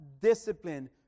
discipline